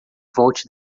volte